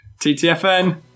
TTFN